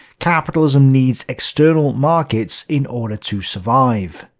capitalism needs external markets in order to survive.